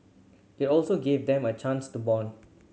it also gave them a chance to bond